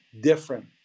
different